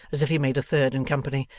as if he made a third in company.